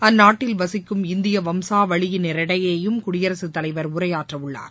அந்நாட்டில் வசிக்கும் இந்திய வம்சாவளியினரிடையேயும் குடியரசுத்தலைவர் உரையாற்றவுள்ளார்